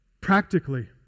practically